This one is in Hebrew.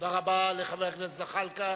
תודה רבה לחבר הכנסת זחאלקה.